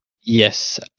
Yes